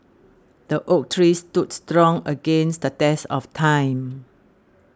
the oak tree stood strong against the test of time